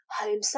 home